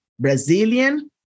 Brazilian